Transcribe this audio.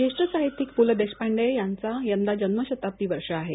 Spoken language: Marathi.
ज्येष्ठ साहित्यिक पू ल देशपांडे यांच यंदा जन्मशताब्दी वर्ष आहे